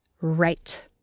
right